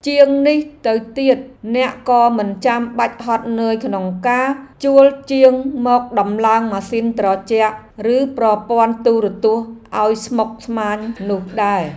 ជាងនេះទៅទៀតអ្នកក៏មិនចាំបាច់ហត់នឿយក្នុងការជួលជាងមកដំឡើងម៉ាស៊ីនត្រជាក់ ឬប្រព័ន្ធទូរទស្សន៍ឱ្យស្មុគស្មាញនោះដែរ។